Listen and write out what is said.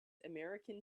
american